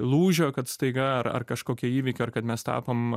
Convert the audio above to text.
lūžio kad staiga ar ar kažkokio įvykio ar kad mes tapom